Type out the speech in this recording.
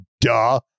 Duh